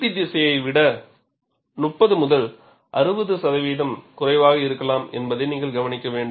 T திசையை விட 30 முதல் 60 சதவீதம் குறைவாக இருக்கலாம் என்பதை நீங்கள் கவனிக்க வேண்டும்